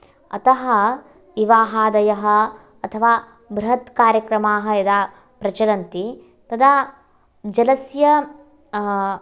अत विवाहादय अथवा बृहत्कार्यक्रमा यदा प्रचलन्ति तदा जलस्य